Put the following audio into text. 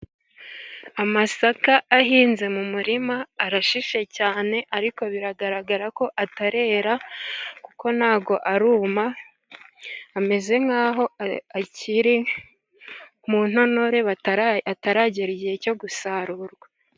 Amasaka ahinze mu murima arashishe cyane, ariko biragaragara ko atarera kuko ntabwo aruma, ameze nk'aho akiri mu ntonore ataragera igihe cyo gusarurwa.